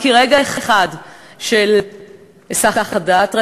כי רגע אחד של היסח הדעת,